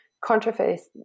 controversies